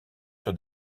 sur